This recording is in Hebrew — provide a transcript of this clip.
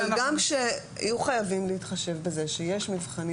אבל גם שיהיו חייבים להתחשב בזה שיש מבחנים